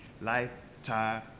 lifetime